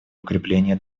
укрепления